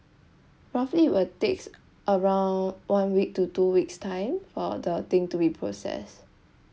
roughly will takes around one week to two weeks' time for the thing to be processed